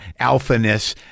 alphaness